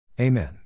Amen